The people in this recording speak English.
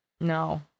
no